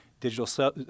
Digital